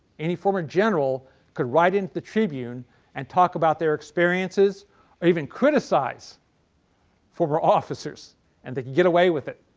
any former general could write in to the tribune and talk about their experiences or even criticize former officers and they could get away with it.